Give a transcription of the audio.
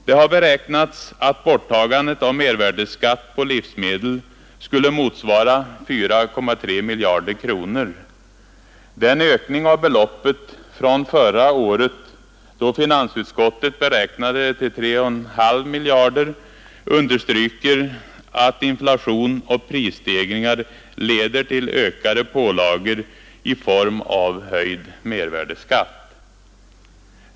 Det har beräknats att borttagandet av mervärdeskatt på livsmedel skulle motsvara 4,3 miljarder kronor. Den ökning av beloppet från förra året, då finansutskottet beräknade det till 3,5 miljarder, understryker att inflation och prisstegringar leder till ökade pålagor i form av höjd mervärdeskatt.